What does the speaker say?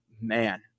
man